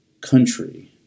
country